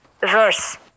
Verse